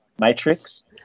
matrix